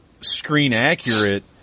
screen-accurate